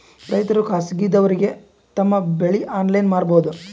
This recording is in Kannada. ರೈತರು ಖಾಸಗಿದವರಗೆ ತಮ್ಮ ಬೆಳಿ ಆನ್ಲೈನ್ ಮಾರಬಹುದು?